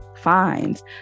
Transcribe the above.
fines